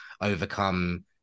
overcome